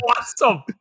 awesome